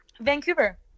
Vancouver